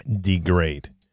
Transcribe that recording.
degrade